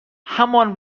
همان